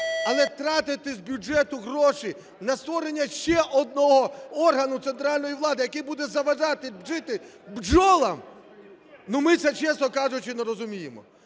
але тратити з бюджету гроші на створення ще одного органу центральної влади, який буде заважати жити бджолам? Ну, ми це, чесно кажучи, не розуміємо.